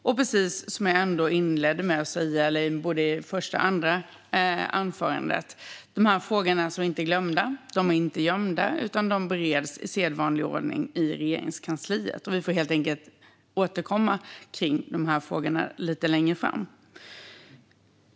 Och precis som jag sagt i både första och andra anförandet: De här frågorna är varken glömda eller gömda. De bereds i sedvanlig ordning i Regeringskansliet, och vi får helt enkelt återkomma kring frågorna lite längre fram.